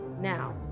Now